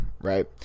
right